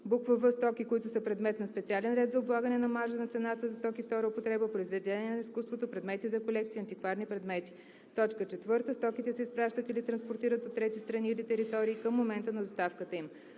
или в) стоки, които са предмет на специален ред за облагане на маржа на цената за стоки втора употреба, произведения на изкуството, предмети за колекции и антикварни предмети. 4. стоките се изпращат или транспортират от трети страни или територии към момента на доставката им.